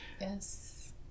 yes